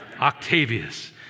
Octavius